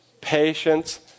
patience